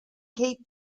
cape